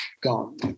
gone